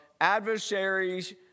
adversaries